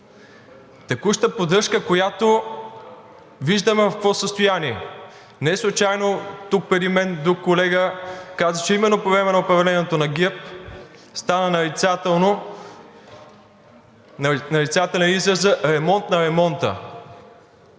Текуща поддръжка, която виждаме в какво състояние е. Неслучайно тук преди мен друг колега каза, че именно по време на управлението на ГЕРБ стана нарицателен изразът „ремонт на ремонта“.